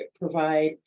provide